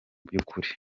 by’ukuri